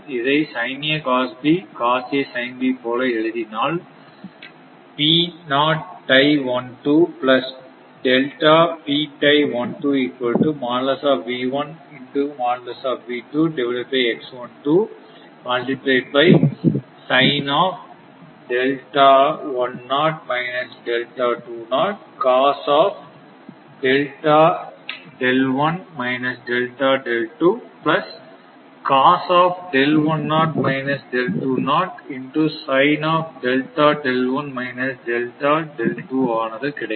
இதை sin a cos b cos a sin b போல எழுதினால் ஆனது கிடைக்கும்